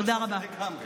תודה רבה.